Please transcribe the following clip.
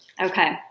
Okay